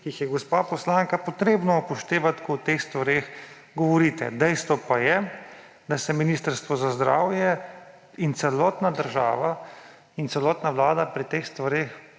ki jih je, gospa poslanka, potrebno upoštevati, ko o teh stvareh govorite. Dejstvo pa je, da se Ministrstvo za zdravje in celotna država in celotna vlada pri teh stvareh